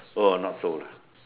so or not so